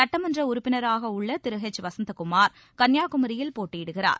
சட்டமன்ற உறுப்பினராக உள்ள திரு எச் வசந்தகுமார் கன்னியாகுமரியில் போட்டியிடுகிறார்